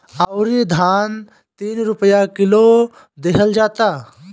अउरी धान तीन रुपिया किलो देहल जाता